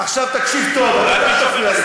עכשיו, תקשיב טוב, אל תפריע לי.